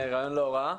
רעיון לא רע.